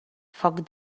foc